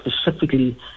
specifically